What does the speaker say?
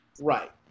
Right